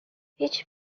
هیچ